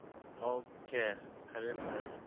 okay ꯐꯔꯦ ꯐꯔꯦ